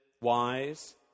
wise